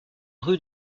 rue